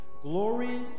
Glory